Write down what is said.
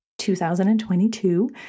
2022